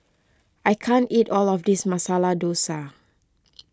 I can't eat all of this Masala Dosa